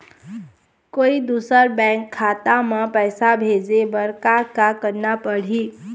कोई दूसर बैंक खाता म पैसा भेजे बर का का करना पड़ही?